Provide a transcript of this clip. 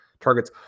targets